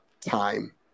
time